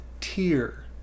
tier